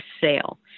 sale